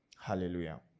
Hallelujah